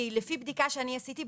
כי לפי בדיקה שאני עשיתי,